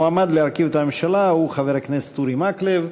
המועמד להרכיב את הממשלה הוא חבר הכנסת אורי מקלב.